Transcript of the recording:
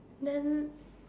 then